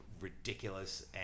ridiculous